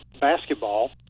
basketball